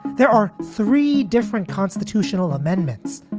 there are three different constitutional amendments.